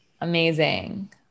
Amazing